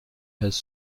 has